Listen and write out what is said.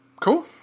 Cool